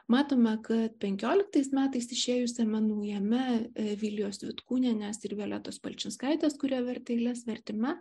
matome kad penkioliktais metais išėjusiame naujame vilijos vitkūnienės ir violetos palčinskaitės kuri vertė eiles vertime